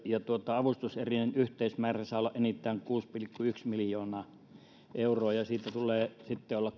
avustuserien yhteismäärä saa olla enintään kuusi pilkku yksi miljoonaa euroa ja siitä tulee sitten olla